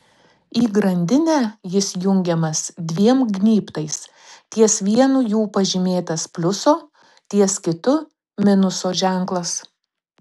į grandinę jis jungiamas dviem gnybtais ties vienu jų pažymėtas pliuso ties kitu minuso ženklas